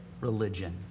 religion